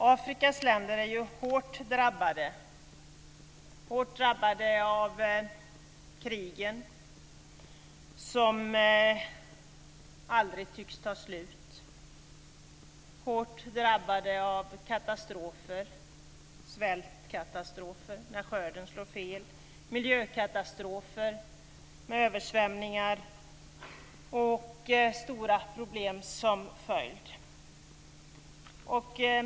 Afrikas länder är hårt drabbade av krigen som aldrig tycks ta slut. De är hårt drabbade av katastrofer, t.ex. svältkatastrofer när skörden slår fel och miljökatastrofer med översvämningar och stora problem som följd.